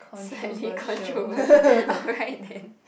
slightly controversial alright then